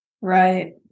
Right